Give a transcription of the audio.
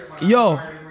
yo